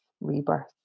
rebirth